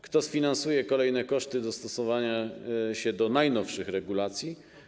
Kto sfinansuje kolejne koszty dostosowania się do najnowszych regulacji?